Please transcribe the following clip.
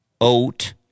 oat